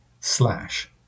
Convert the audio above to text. slash